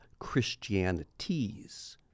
Christianities